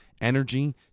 energy